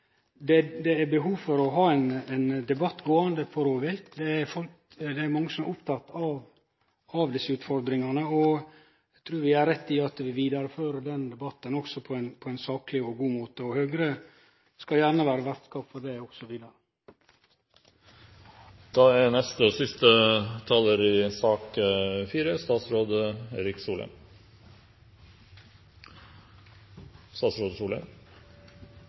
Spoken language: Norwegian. det er behov for å ha ein debatt gåande om rovvilt. Det er mange som er opptekne av desse utfordringane, og eg trur vi gjer rett i å vidareføre den debatten også på ein sakleg og god måte. Høgre skal gjerne vere vertskap for det